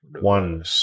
One